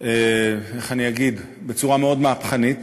איך אני אגיד, בצורה מאוד מהפכנית.